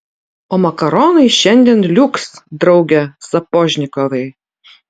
o makaronai šiandien liuks drauge sapožnikovai